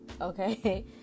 okay